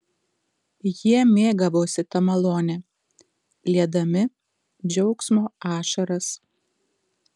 jie mėgavosi ta malone liedami džiaugsmo ašaras